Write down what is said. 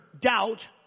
doubt